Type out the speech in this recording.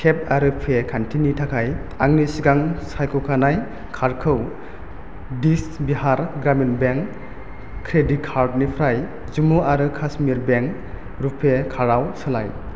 tape आरो pay खान्थिनि थाखाय आंनि सिगां सायख'खानाय कार्डखौ दक्सिन बिहार ग्रामिन बेंक क्रेडिट कार्डनिफ्राय जम्मु आरो कास्मिर बेंक रुपे कार्डआव सोलाय